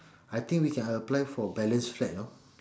I think we can apply for balanced flat you know